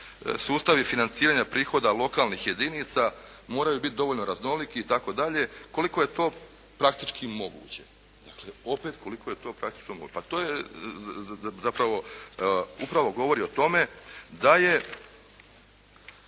"Sustavi financiranja prihoda lokalnih jedinica moraju biti dovoljno raznoliki…", itd., "…koliko je to praktički moguće.". Dakle, opet koliko je to praktički moguće. Upravo govori o tome da je